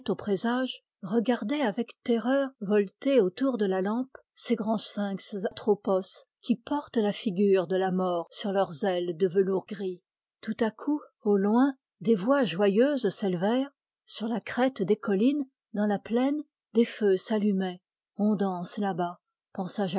présages regardait avec terreur voleter autour de lampe ces grands sphinx qui portent la figure de la mort sur leurs ailes de velours gris tout à coup au loin des voix joyeuses s'élevèrent dans la plaine des feux s'allumaient on danse là-bas